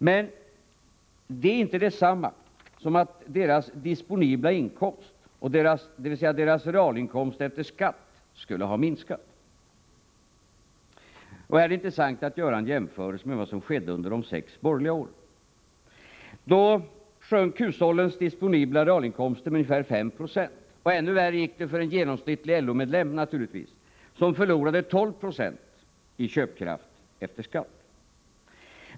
Men det är inte detsamma som att deras disponibla inkomst, dvs. deras realinkomst efter skatt, skulle ha minskat. Det är intressant att göra en jämförelse med vad som skedde under de sex borgerliga åren. Då sjönk hushållens disponibla realinkomster med ungefär 5 Jo. Ännu värre gick det naturligtvis för en genomsnittlig LO-medlem, som förlorade 12 90 i köpkraft efter skatt.